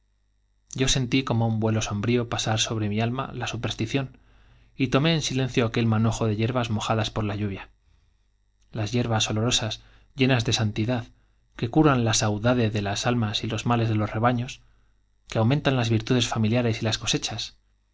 yo sentí como un vuelo somhríó pasar sobre mi alma la superstición y tomé en silencio aquel manojo de hierbas mojadas por la lluvia las hierbas olorosas llenas de santidad que curan la saudade de las almas y los males de los rebaños lque aumentan las virtudes familiares y las cosechas